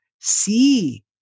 see